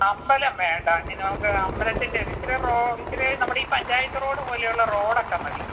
അമ്പലം വേണ്ട നമുക്ക് അമ്പലത്തിൻ്റെ ഇച്ചരെ റോഡ് ഇച്ചരെ നമ്മുടെ ഈ പഞ്ചായത്ത് റോഡ് പോലെയുള്ള റോഡ് ഒക്ക മതി